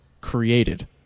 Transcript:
created